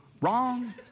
wrong